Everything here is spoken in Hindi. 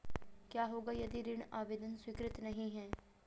क्या होगा यदि ऋण आवेदन स्वीकृत नहीं है?